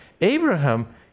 Abraham